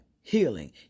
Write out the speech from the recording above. healing